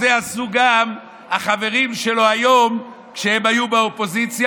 החברים שלו היום כשהם היו באופוזיציה,